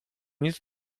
nic